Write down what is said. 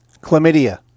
Chlamydia